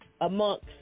amongst